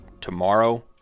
tomorrow